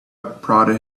prodded